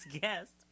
guest